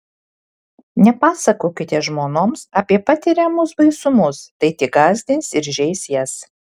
nepasakokite žmonoms apie patiriamus baisumus tai tik gąsdins ir žeis jas